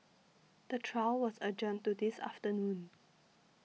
the trial was adjourned to this afternoon